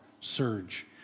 surge